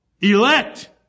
Elect